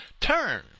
Turn